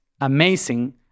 amazing